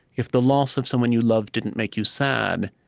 if the loss of someone you love didn't make you sad,